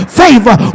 favor